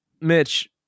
Mitch